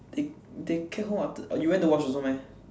they they cab home after uh you went to watch also meh